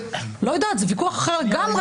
לא יודעת, זה ויכוח אחר לגמרי.